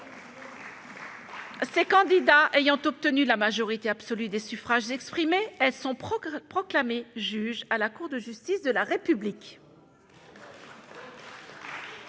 Ces candidates ayant obtenu la majorité absolue des suffrages exprimés, elles sont proclamées juges à la Cour de justice de la République.